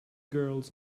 girls